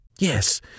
Yes